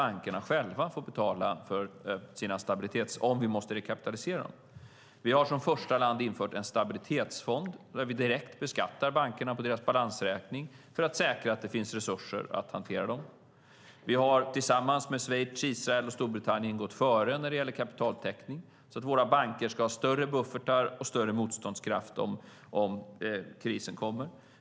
Bankerna får själva betala för sin stabilitet om vi måste rekapitalisera dem. Vi har som första land infört en stabilitetsfond, där vi direkt beskattar bankerna på deras balansräkning för att säkra att det finns resurser att hantera dem. Vi har tillsammans med Schweiz, Israel och Storbritannien gått före när det gäller kapitaltäckning, så att våra banker ska ha större buffertar och större motståndskraft om krisen kommer.